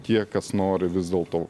tie kas nori vis dėl to